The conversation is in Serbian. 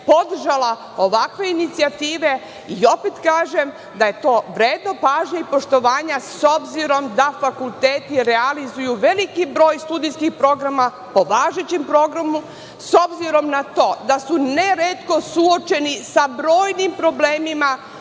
podržala ovakve inicijative i opet kažem da je to vredno pažnje i poštovanja, s obzirom da fakulteti realizuju veliki broj studijskih programa po važećem programu, s obzirom na to da su ne retko suočeni sa brojnim problemima